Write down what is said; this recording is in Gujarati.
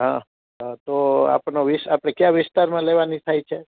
હાં હાં તો આપનો વીસ આપણે કયા વિસ્તારમાં લેવાની થાય છે